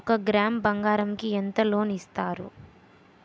ఒక గ్రాము బంగారం కి ఎంత లోన్ ఇస్తారు?